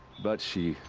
but she.